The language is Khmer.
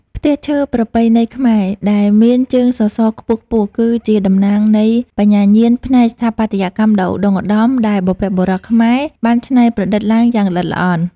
ផ្ទះឈើប្រពៃណីខ្មែរដែលមានជើងសសរខ្ពស់ៗ គឺជាតំណាងនៃបញ្ញាញាណផ្នែកស្ថាបត្យកម្មដ៏ឧត្តុង្គឧត្តម ដែលបុព្វបុរសខ្មែរបានច្នៃប្រឌិតឡើងយ៉ាងល្អិតល្អន់។